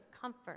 comfort